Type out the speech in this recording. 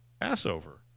Passover